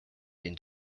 been